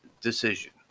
decision